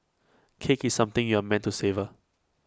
cake is something you are meant to savour